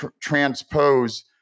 transpose